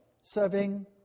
serving